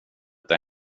inte